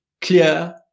clear